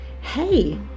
Hey